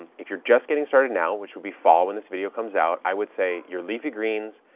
if you're just getting started now, which will be fall when this video comes out, i would say your leafy greens,